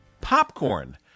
popcorn